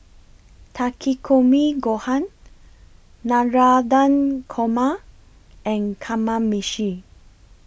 Takikomi Gohan Navratan Korma and Kamameshi